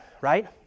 right